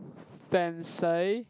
fancy